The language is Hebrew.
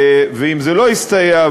ואם זה לא יסתייע,